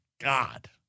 God